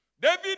David